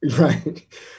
Right